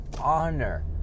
honor